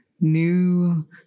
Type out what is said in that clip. New